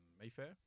mayfair